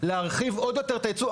להרחיב עוד יותר את הייצוא,